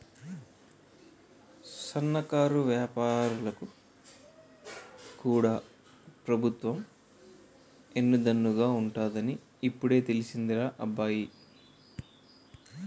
సన్నకారు ఏపారాలకు కూడా పెబుత్వం ఎన్ను దన్నుగా ఉంటాదని ఇప్పుడే తెలిసిందిరా అబ్బాయి